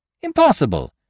Impossible